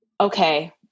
okay